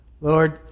lord